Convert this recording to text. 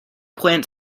plant